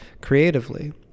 creatively